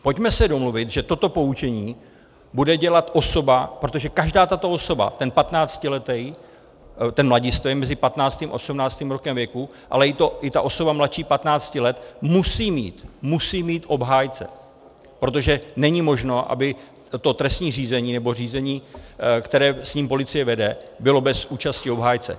Pojďme se domluvit, že toto poučení bude dělat osoba, protože každá tato osoba, ten patnáctiletý, ten mladistvý mezi 15. a 18. rokem věku, ale i ta osoba mladší 15 let musí mít, musí mít obhájce, protože není možno, aby to trestní řízení, nebo řízení, které s ním policie vede, bylo bez účasti obhájce.